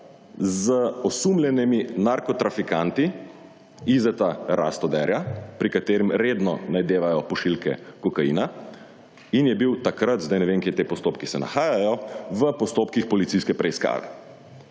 z osumljenimi »narkotrafikanti«, Izeta Rastoderja, pri katerem redno najdevajo pošiljke kokaina in je bil takrat, zdaj ne vem, kje postopki se nahajajo, v postopkih policijske preiskave.